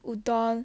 udon